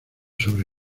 sobre